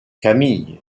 camille